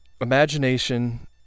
imagination